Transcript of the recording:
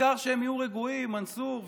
העיקר שהם יהיו רגועים, מנסור וכולם,